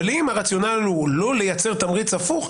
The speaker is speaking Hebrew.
אבל אם הרציונל הוא לא לייצר תמריץ הפוך,